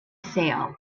sale